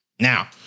Now